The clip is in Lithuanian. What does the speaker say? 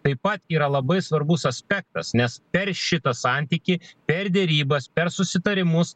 taip pat yra labai svarbus aspektas nes per šitą santykį per derybas per susitarimus